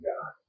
God